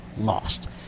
lost